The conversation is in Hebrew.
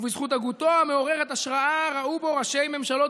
ובזכות הגותו המעוררת השראה ראו בו ראשי ממשלות